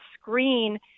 screen